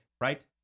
right